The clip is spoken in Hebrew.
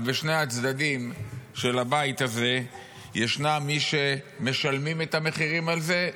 אז בשני הצדדים של הבית הזה ישנם מי שמשלמים את המחירים על זה,